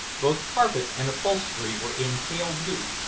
both carpet and upholstery were in pale blue,